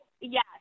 yes